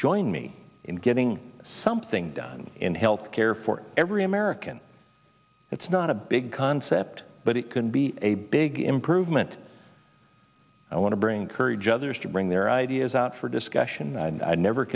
join me in getting something done in health care for every american it's not a big concept but it can be a big improvement i want to bring courage others to bring their ideas out for discussion and i never